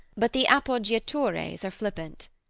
but the appoggiatures are flippant.